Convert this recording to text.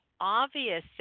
obvious